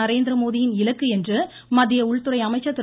நரேந்திரமோடியின் இலக்கு என்று மத்திய உள்துறை அமைச்சர் திரு